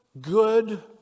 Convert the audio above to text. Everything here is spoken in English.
Good